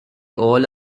all